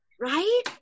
Right